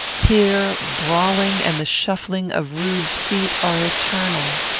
here brawling and the shuffling of rude feet are eternal.